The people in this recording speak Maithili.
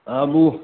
आबू